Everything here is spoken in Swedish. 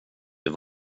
det